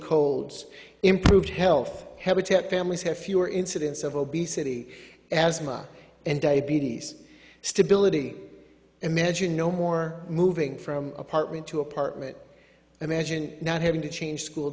colds improved health habitat families have fewer incidents of obesity asthma and diabetes stability imagine no more moving from apartment to apartment imagine not having to change school